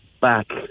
back